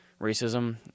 racism